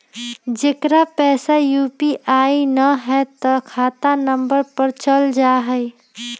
जेकरा पास यू.पी.आई न है त खाता नं पर चल जाह ई?